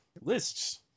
lists